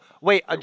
wait